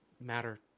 matter